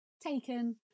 taken